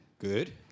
Good